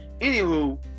Anywho